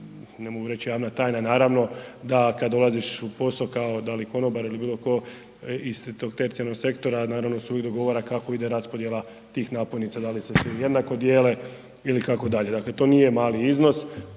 ne mogu reći javna tajna naravno da kada dolaziš na posao da li kao konobar ili bilo tko iz tog tercijarnog sektora uvijek se dogovara kako ide raspodjela tih napojnica, da li se sve jednako dijele ili kako dalje. Dakle to nije mali iznos,